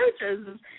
coaches